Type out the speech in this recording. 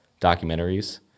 documentaries